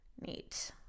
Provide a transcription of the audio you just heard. Neat